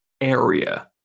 area